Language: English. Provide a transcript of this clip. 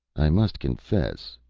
i must confess,